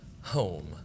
home